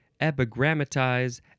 epigrammatize